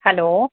hello